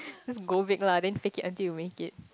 just go make la then take it until you make it